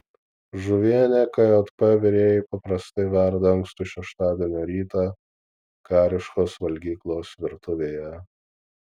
žuvienę kjp virėjai paprastai verda ankstų šeštadienio rytą kariškos valgyklos virtuvėje